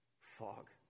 fog